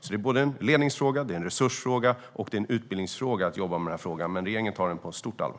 Det är en ledningsfråga, en resursfråga och en utbildningsfråga. Regeringen tar detta på stort allvar.